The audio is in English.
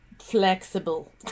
flexible